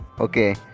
okay